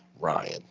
Ryan